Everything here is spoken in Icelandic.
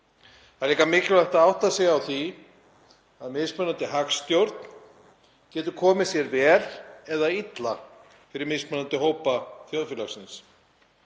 Það er líka mikilvægt að átta sig á því að mismunandi hagstjórn getur komið sér vel eða illa fyrir mismunandi hópa þjóðfélagsins.